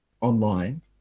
online